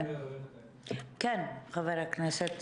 חבר הכנסת